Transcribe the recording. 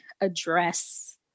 address